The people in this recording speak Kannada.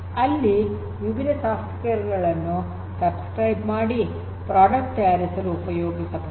ಅಲ್ಲಿ ವಿವಿಧ ಸಾಫ್ಟ್ವೇರ್ ಗಳನ್ನು ಸಬ್ಸ್ಕ್ರೈಬ್ ಮಾಡಿ ಪ್ರಾಡಕ್ಟ್ ತಯಾರಿಸಲು ಉಪಯೋಗಿಸಬಹುದು